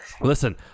listen